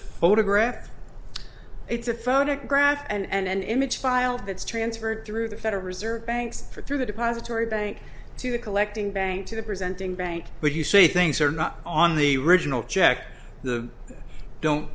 photograph it's a photograph and image file that's transferred through the federal reserve banks for through the depository bank to the collecting bank to the presenting bank would you say things are not on the riginal check the don't